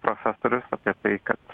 profesorius apie tai kad